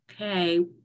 Okay